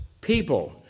people